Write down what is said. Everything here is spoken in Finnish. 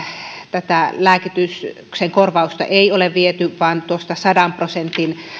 tätä lääkityksen korvausta ei ole viety vaan se on tuosta sadan prosentin